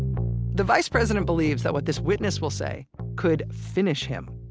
the vice president believes that what this witness will say could finish him.